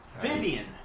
Vivian